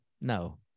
No